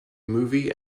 movie